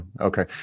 Okay